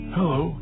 Hello